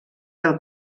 del